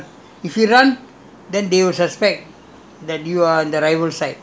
we cannot escape [what] we have to we were at the bus stop how to how to run if we run